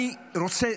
אני רוצה